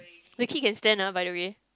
the kid can stand ah by the way